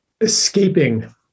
Escaping